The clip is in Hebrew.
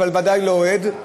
ודאי לא אוהד,